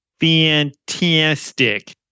fantastic